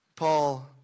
Paul